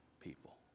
people